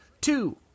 two